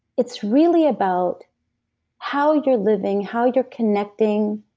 it's really about how you're living how you're connecting,